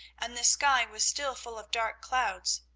and the sky was still full of dark clouds.